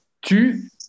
tu